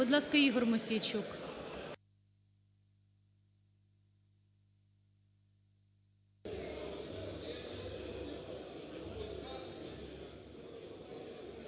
Будь ласка, Ігор Мосійчук.